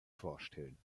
vorstellen